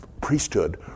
priesthood